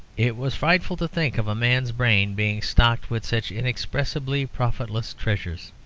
it was frightful to think of a man's brain being stocked with such inexpressibly profitless treasures.